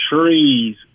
trees